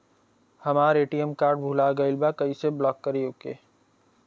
हमार ATM card भूला गईल बा कईसे ब्लॉक करी ओके?